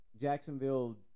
Jacksonville